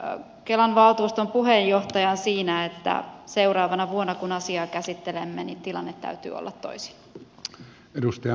yhdyn kelan valtuuston puheenjohtajaan siinä että seuraavana vuonna kun asiaa käsittelemme tilanteen täytyy olla toisin